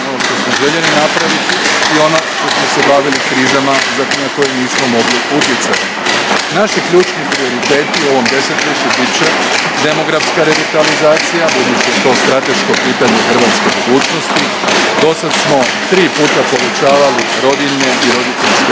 ono .../Govornik se ne razumije./... nismo mogli utjecati. Naši ključni prioriteti o ovom desetljeću bit će demografska revitalizacija, budući je to strateško pitanje hrvatske budućnosti, dosad smo triput povećavali rodiljne i roditeljske